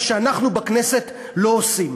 מה שאנחנו בכנסת לא עושים.